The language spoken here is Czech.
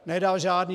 Nedal žádné.